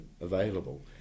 available